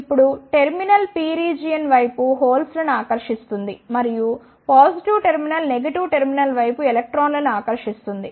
ఇప్పుడు terminal P region వైపు holes ను ఆకర్షిస్తుంది మరియు పాజిటివ్ టెర్మినల్ నెగిటివ్ టెర్మినల్ వైపు ఎలక్ట్రాన్లను ఆకర్షిస్తుంది